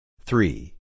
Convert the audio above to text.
three